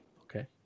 okay